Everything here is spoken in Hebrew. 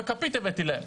בכפית הבאתי להם.